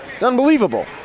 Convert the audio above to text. unbelievable